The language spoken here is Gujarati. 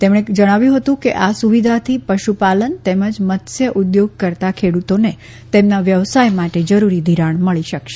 તેમણે જણાવ્યું હતું કે આ સુવિધાથી પશુપાલન તેમજ મત્સ્ય ઉદ્યોગ કરતા ખેડૂતોને તેમના વ્યવસાય માટે જરૂરી ધિરાણ મળી શકશે